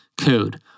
code